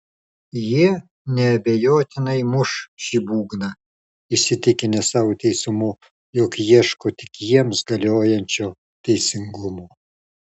jie neabejotinai muš šį būgną įsitikinę savo teisumu jog ieško tik jiems galiojančio teisingumo